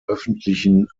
öffentlichen